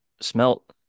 smelt